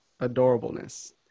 adorableness